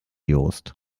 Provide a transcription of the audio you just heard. jost